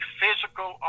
physical